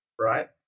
right